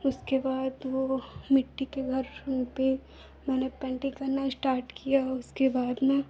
उसके बाद वह मिट्टी के घर पर मैंने पेन्टिन्ग करना स्टार्ट किया उसके बाद में